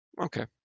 Okay